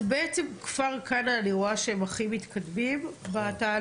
אז בעצם כבר כאן אני רואה שהם הכי מתקדמים בתהליך.